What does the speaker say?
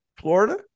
Florida